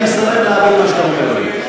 אני מסרב להבין מה שאתה אומר לי.